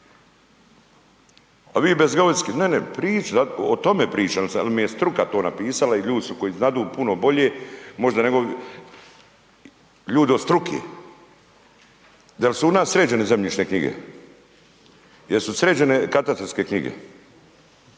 A vi bez geodetske, ne, ne, o tome pričam sad jer mi je struka to napisala i ljudi su koji znadu puno bolje možda nego, ljudi od struke. Dal' su u nas sređene zemljišne knjige? Jesu sređene katastarske knjige?